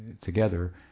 together